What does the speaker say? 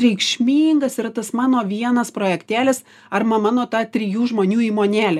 reikšmingas yra tas mano vienas projektėlis arma mano ta trijų žmonių įmonėlė